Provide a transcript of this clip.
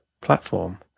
platform